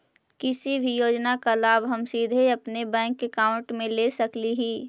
किसी भी योजना का लाभ हम सीधे अपने बैंक अकाउंट में ले सकली ही?